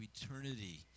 eternity